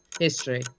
History